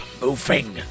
moving